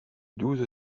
douze